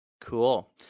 Cool